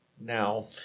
now